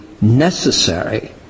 necessary